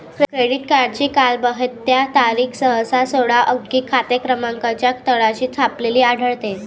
credit कार्डची कालबाह्यता तारीख सहसा सोळा अंकी खाते क्रमांकाच्या तळाशी छापलेली आढळते